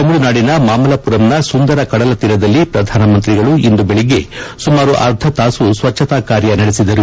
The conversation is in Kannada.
ತಮಿಳುನಾಡಿನ ಮಾಮಲ್ಲಪುರಂನ ಸುಂದರ ಕಡಲತೀರದಲ್ಲಿ ಪ್ರಧಾನಮಂತ್ರಿಗಳು ಇಂದು ಬೆಳಗ್ಗೆ ಸುಮಾರು ಅರ್ಧ ತಾಸು ಸ್ವಚ್ಚತಾ ಕಾರ್ಯ ನಡೆಸಿದರು